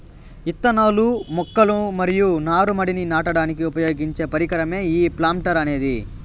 ఇత్తనాలు, మొక్కలు మరియు నారు మడిని నాటడానికి ఉపయోగించే పరికరమే ఈ ప్లాంటర్ అనేది